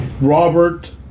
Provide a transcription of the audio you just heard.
Robert